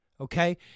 okay